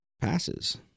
passes